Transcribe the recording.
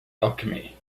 alchemy